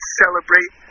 celebrate